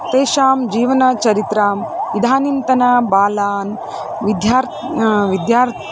तेषां जीवनचरित्रम् इदानीन्तन बालान् विध्यार् विद्यार्